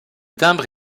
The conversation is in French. timbre